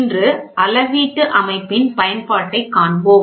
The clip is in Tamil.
இன்று அளவீட்டு அமைப்பின் பயன்பாட்டைக் காண்போம்